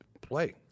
play